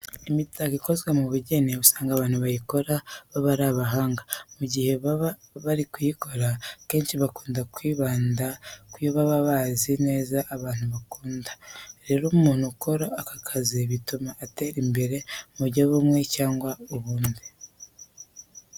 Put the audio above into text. Imitako ikozwe mu bugeni usanga abantu bayikora baba ari abahanga kandi mu gihe baba bari kuyikora akenshi bakunda kwibanda ku yo baba bazi neza ko abantu bakunda. Rero umuntu ukora aka kazi, bituma atera imbere mu buryo bumwe cyangwa ubundi.